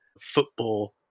football